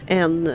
en